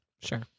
sure